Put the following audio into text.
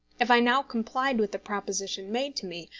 if i now complied with the proposition made to me,